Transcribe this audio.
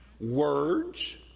words